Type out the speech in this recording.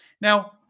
Now